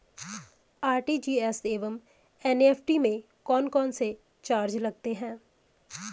RTGS एवं NEFT में कौन कौनसे चार्ज लगते हैं?